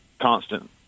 constant